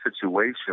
situation